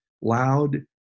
loud